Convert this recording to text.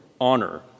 honor